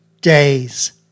days